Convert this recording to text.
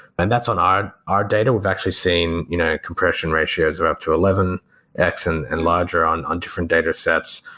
and that's on our our data. we've actually seen you know compression ratios of up to eleven x and and larger on on different datasets.